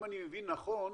אם אני מבין נכון,